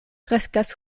kreskas